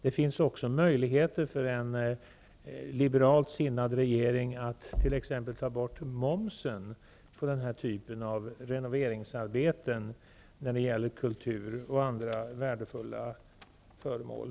Det finns också möjligheter för en liberalt sinnad regering att t.ex. ta bort momsen på denna typ av renoveringsarbeten när det gäller kulturhistoriskt värdefulla byggnader och andra värdefulla föremål.